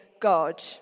God